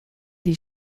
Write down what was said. des